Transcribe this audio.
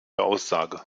aussage